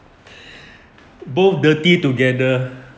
both dirty together